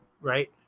Right